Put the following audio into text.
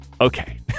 Okay